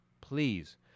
please